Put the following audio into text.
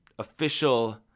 official